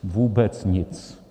Vůbec nic!